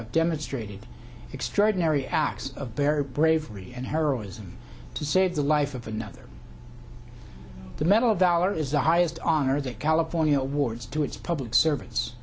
have demonstrated extraordinary acts of barry bravery and heroism to save the life of another the medal of valor is the highest honor that california awards to its public servants